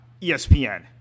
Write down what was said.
ESPN